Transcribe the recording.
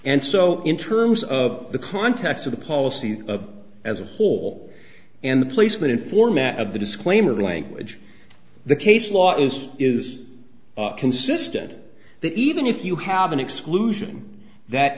and so in terms of the context of the policy of as a whole and the placement in format of the disclaimer language the case laws is consistent that even if you have an exclusion that